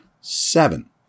Seven